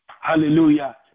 Hallelujah